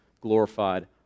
glorified